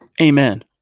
Amen